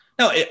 No